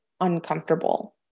uncomfortable